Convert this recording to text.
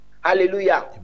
Hallelujah